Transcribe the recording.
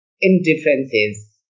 indifferences